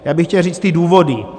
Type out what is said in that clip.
Já bych chtěl říct důvody.